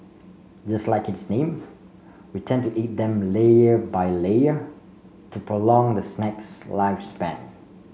just like its name we tend to eat them layer by layer to prolong the snack's lifespan